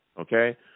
okay